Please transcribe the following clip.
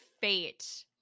fate